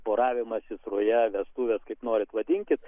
poravimasis ruja vestuvės kaip norit vadinkit